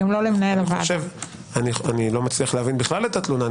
אני לא מבין בכלל את התלונה.